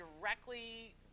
directly